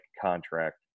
contract